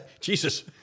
Jesus